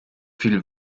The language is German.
viel